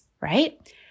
Right